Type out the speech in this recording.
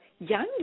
Young